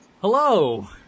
hello